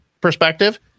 perspective